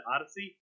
Odyssey